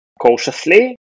cautiously